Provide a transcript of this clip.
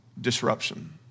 disruption